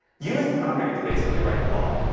you as the founder get to basically, write the law.